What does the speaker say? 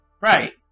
Right